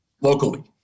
Locally